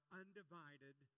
undivided